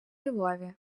львові